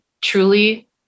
truly